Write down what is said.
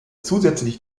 zusätzlich